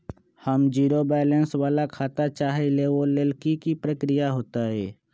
हम zero balance वाला खाता चाहइले वो लेल की की प्रक्रिया होतई?